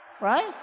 Right